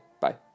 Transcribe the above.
Bye